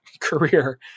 career